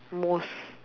most